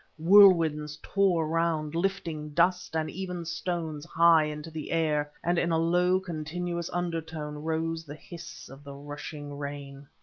whirlwinds tore round, lifting dust and even stones high into the air, and in a low, continuous undertone rose the hiss of the rushing rain.